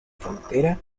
frontera